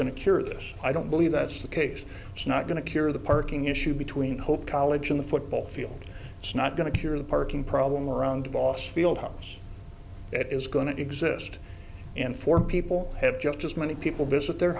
going to cure this i don't believe that's the case it's not going to cure the parking issue between hope college and the football field it's not going to cure the parking problem around voss field house it is going to exist and for people have just as many people visit their